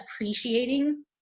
appreciating